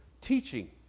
Teaching